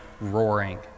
roaring